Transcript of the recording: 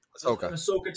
ahsoka